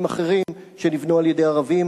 אחרים שנבנו בניגוד לחוק על-ידי ערבים